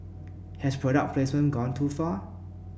has product placement gone too far